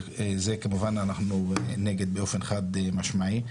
זה כמובן אנחנו נגד באופן חד משמעי,